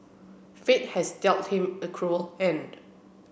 fate has dealt him a cruel hand